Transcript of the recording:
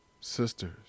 sisters